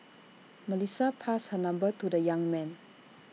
Melissa passed her number to the young man